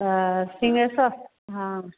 तो सिंघेश्व हाँ